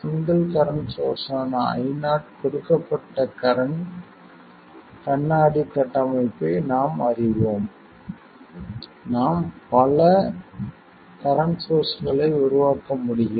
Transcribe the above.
single current source ஆன Io கொடுக்கப்பட்ட current கண்ணாடி கட்டமைப்பை நாம் அறிவோம் நாம் பல பல கரண்ட் சோர்ஸ்களை உருவாக்க முடியும்